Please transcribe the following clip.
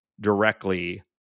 directly